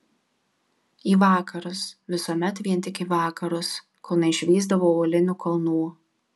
į vakarus visuomet vien tik į vakarus kol neišvysdavau uolinių kalnų